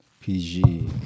PG